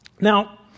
now